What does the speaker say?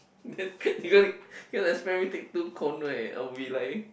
then you gonna you can't expect me take two cone right I'll be like